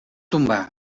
tombar